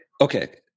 Okay